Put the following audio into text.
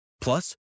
Plus